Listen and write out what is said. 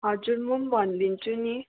हजुर म भनिदिन्छु नि